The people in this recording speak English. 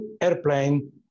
airplane